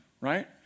right